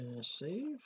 Save